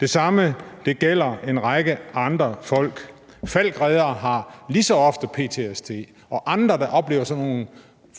Det samme gælder en række andre folk. Falckreddere har lige så ofte ptsd og andre, der har sådan nogle